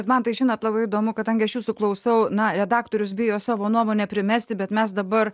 man tai žinot labai įdomu kadangi aš jūsų klausau na redaktorius bijo savo nuomonę primesti bet mes dabar